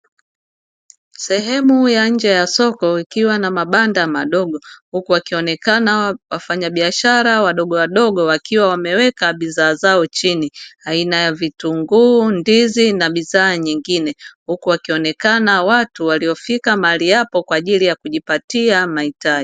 Sehemu ya njee ya soko ikiwa na mabanda madogo, huku wakionekana wafanyabiashara wadogo wadogo wakiwa wameweka bidhaa zao chini, aina ya vitunguu ndizi na bidhaa nyingine huku wakionekana watu waliofika mahaliapo kwa ajili ya kujipatia mahitaji.